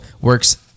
works